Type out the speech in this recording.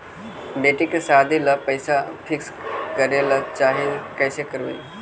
बेटि के सादी ल पैसा फिक्स करे ल चाह ही कैसे करबइ?